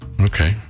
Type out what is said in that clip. Okay